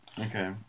Okay